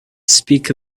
speak